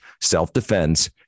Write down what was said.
self-defense